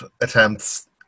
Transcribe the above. attempts